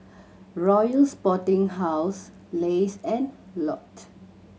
Royal Sporting House Lays and Lotte